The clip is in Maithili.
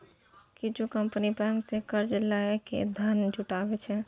किछु कंपनी बैंक सं कर्ज लए के धन जुटाबै छै